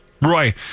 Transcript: Roy